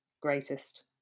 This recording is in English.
greatest